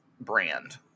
brand